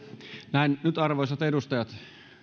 näin nyt arvoisat edustajat